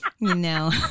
No